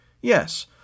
Yes